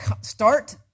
Start